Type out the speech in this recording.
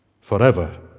forever